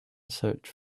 search